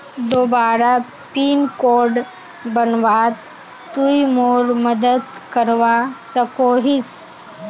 दोबारा pin code बनवात तुई मोर मदद करवा सकोहिस?